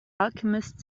alchemist